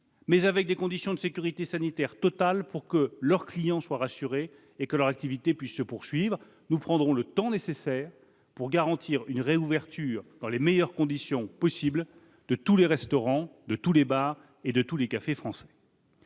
dans des conditions de sécurité sanitaire totale, de manière à ce que leurs clients soient rassurés et à ce que leur activité puisse se poursuivre. Nous prendrons donc le temps nécessaire pour garantir la réouverture dans les meilleures conditions possible de tous les restaurants, de tous les bars et de tous les cafés français.